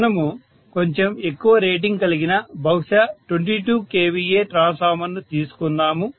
మనము కొంచెం ఎక్కువ రేటింగ్ కలిగిన బహుశా 22 kVA ట్రాన్స్ఫార్మర్ ను తీసుకుందాము